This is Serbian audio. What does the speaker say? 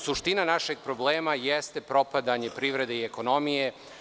Suština našeg problema jeste propadanje privrede i ekonomije.